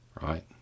Right